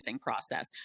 process